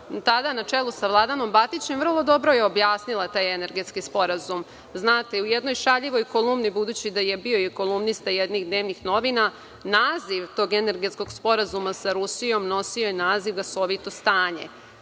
tada na čelu sa Vladanom Batićem, vrlo dobro je objasnila taj energetski sporazum u jednoj šaljivoj kolumni, budući da je bio i kolumnista jednih dnevnih novina. Naziv tog Energetskog sporazuma sa Rusijom nosio je naziv „gasovito stanje“,